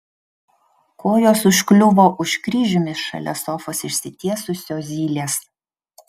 kojos užkliuvo už kryžiumi šalia sofos išsitiesusio zylės